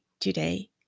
today